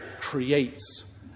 creates